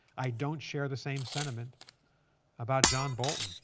i don't share the same sentiment about john bolton.